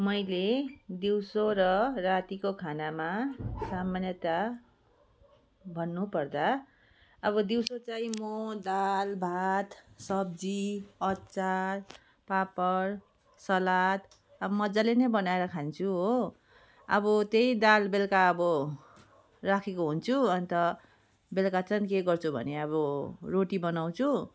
मैले दिउँसो र रातिको खानामा सामान्यतः भन्नुपर्दा अब दिउँसो चाहिँ म दाल भात सब्जी अचार पापड सलाद अब मज्जाले नै बनाएर खान्छु हो अब त्यही दाल बेलुका अब राखेको हुन्छु अन्त बेलुका चाहिँ के गर्छु भने अब रोटी बनाउँछु